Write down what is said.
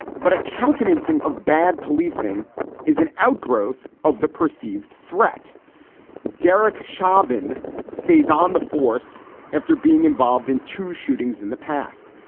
but a countenancing of bad policing is an outgrowth of the perceived threat derek schavan stays on the force after being involved in two shootings in the past.